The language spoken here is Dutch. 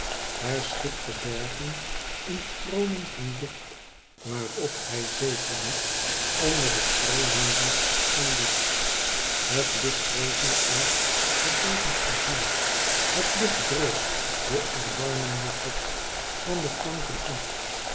herschiep de bergen in tronen van licht waarop hij zetelde onder den troonhemel van licht het licht regende uit het bevend azuur het licht droop den erbarmenden god van de flanken af